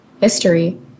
history